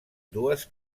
dues